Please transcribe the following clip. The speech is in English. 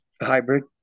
hybrid